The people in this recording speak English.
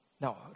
Now